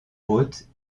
haute